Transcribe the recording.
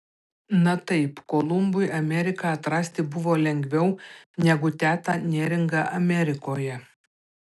na taip kolumbui ameriką atrasti buvo lengviau negu tetą neringą amerikoje